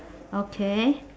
okay